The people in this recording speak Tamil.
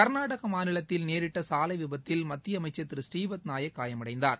கர்நாடக மாநிலத்தில் நேரிட்ட சாலை விபத்தில் மத்திய அமைச்சர் திரு ஸ்ரீபத் நாயக் காயமடைந்தார்